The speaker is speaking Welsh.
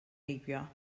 heibio